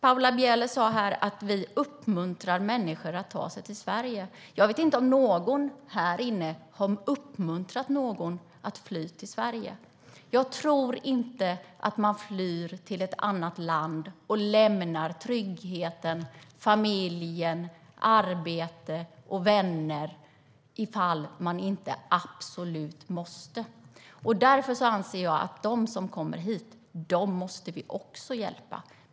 Paula Bieler sa att vi uppmuntrar människor att ta sig till Sverige. Jag vet inte om någon här i kammaren har uppmuntrat någon att fly till Sverige. Jag tror inte att man flyr till ett annat land och lämnar trygghet, familj, arbete och vänner om man inte absolut måste. Därför anser jag att vi måste hjälpa också dem som kommer hit.